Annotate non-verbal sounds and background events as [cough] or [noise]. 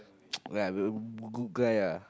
[noise] we are we good guy ah